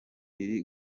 iri